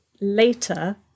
later